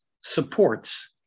supports